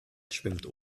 schwimmt